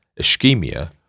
ischemia